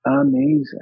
amazing